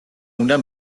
უნდა